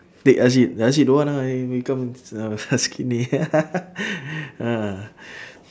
take rashid rashid don't want ah he become uh ah